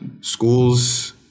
schools